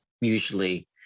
usually